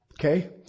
Okay